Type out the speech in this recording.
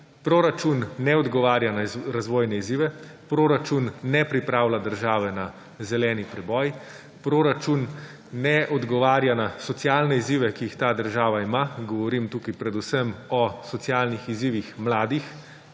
proračun ne odgovarja na razvojne izzive, proračun ne pripravlja države na zeleni preboj, proračun ne odgovarja na socialne izzive, ki jih ta država ima, govorim tukaj predvsem o socialnih izzivih mladih.